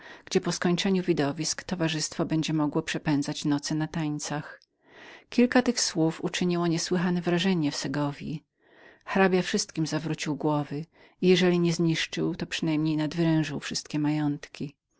gdzie po skończeniu widowisk towarzystwo będzie mogło przepędzać noce na tańcach kilka tych słów uczyniło niesłychane wrażenie w segowji hrabia postanowił wszystkim zawrócić głowy i jeżeli nie zniszczyć to przynajmniej nadwerężyć wszystkich majątki